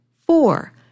Four